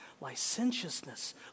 licentiousness